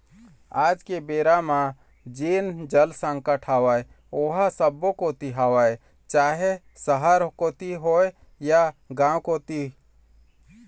आज के बेरा म जेन जल संकट हवय ओहा सब्बो कोती हवय चाहे सहर कोती होय या गाँव कोती